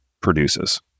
produces